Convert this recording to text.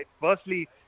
Firstly